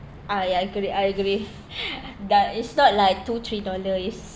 ah ya I agree I agree that it's not like two three dollar is